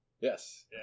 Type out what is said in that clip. Yes